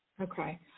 Okay